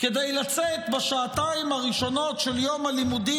כדי לצאת בשעתיים הראשונות של יום הלימודים